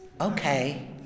Okay